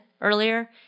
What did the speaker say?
earlier